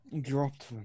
dropped